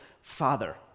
father